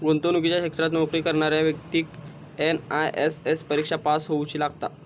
गुंतवणुकीच्या क्षेत्रात नोकरी करणाऱ्या व्यक्तिक एन.आय.एस.एम परिक्षा पास होउची लागता